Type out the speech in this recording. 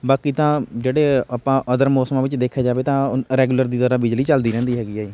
ਬਾਕੀ ਤਾਂ ਜਿਹੜੇ ਆਪਾਂ ਅਦਰ ਮੌਸਮਾਂ ਵਿੱਚ ਦੇਖਿਆ ਜਾਵੇ ਤਾਂ ਉ ਰੈਗੂਲਰ ਦੀ ਤਰ੍ਹਾਂ ਬਿਜਲੀ ਚੱਲਦੀ ਰਹਿੰਦੀ ਹੈਗੀ ਹੈ